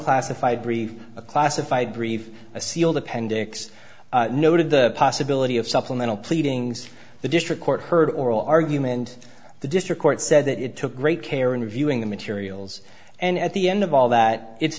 unclassified brief a classified brief a sealed appendix noted the possibility of supplemental pleadings the district court heard oral argument the district court said that it took great care in reviewing the materials and at the end of all that it